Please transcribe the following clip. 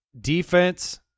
Defense